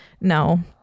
no